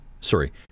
sorry